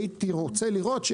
הייתי רוצה לראות,